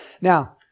now